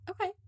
Okay